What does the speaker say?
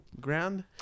Ground